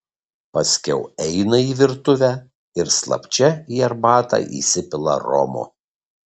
paskiau eina į virtuvę ir slapčia į arbatą įsipila romo